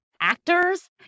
actors